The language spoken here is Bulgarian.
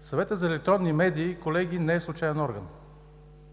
Съветът за електронни медии, колеги, не е случаен орган.